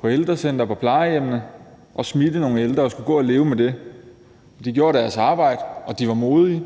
på ældrecentre og plejehjemmene og smitte nogle ældre og skulle gå og leve med det. De gjorde deres arbejde, og de var modige.